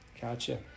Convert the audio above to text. Gotcha